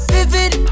Vivid